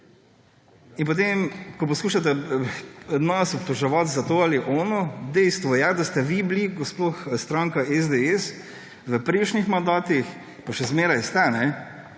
In ko poskušate nas obtoževati za to ali ono, dejstvo je, da ste vi bili, sploh stranka SDS, v prejšnjih mandatih, pa še zmeraj ste,